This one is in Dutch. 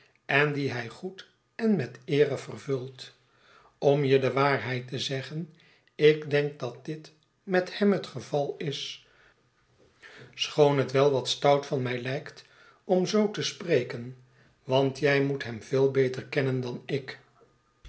en die hij goed en met eere vervult om je de waarheid te zeggen ik denk dat dit met hem het geval is schoon het wel wat stout van mij lijkt om een slechte kant van bet menscheluk gemoed zoo te spreken want jij moet hem veel beter kennen dan ik